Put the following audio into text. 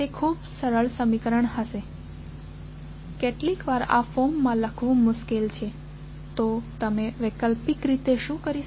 તે ખૂબ સરળ સમીકરણ હશે કેટલીકવાર આ ફોર્મ માં લખવું મુશ્કેલ છે તો તમે વૈકલ્પિક રીતે શું કરી શકો